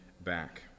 back